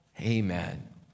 Amen